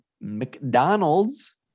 McDonald's